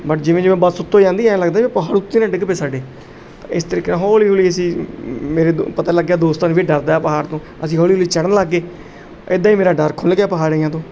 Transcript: but ਜਿਵੇਂ ਜਿਵੇਂ bus ਉੱਤੋਂ ਜਾਂਦੀ ਐਂ ਲੱਗਦਾ ਵੀ ਪਹਾੜ ਉੱਤੇ ਨਾ ਡਿੱਗ ਪਏ ਸਾਡੇ ਇਸ ਤਰੀਕੇ ਨਾਲ ਹੌਲੀ ਹੌਲੀ ਅਸੀਂ ਮੇਰੇ ਦ ਪਤਾ ਲੱਗਿਆ ਦੋਸਤਾਂ ਨੂੰ ਵੀ ਇਹ ਡਰਦਾ ਪਹਾੜ ਤੋਂ ਅਸੀਂ ਹੌਲੀ ਹੌਲੀ ਚੜ੍ਹਨ ਲੱਗ ਗਏ ਇੱਦਾਂ ਹੀ ਮੇਰਾ ਡਰ ਖੁੱਲ੍ਹ ਗਿਆ ਪਹਾੜੀਆਂ ਤੋਂ